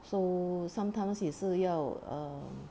so sometimes 也是要 err